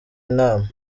inama